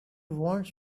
wants